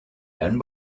and